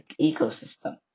ecosystem